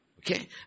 Okay